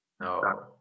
No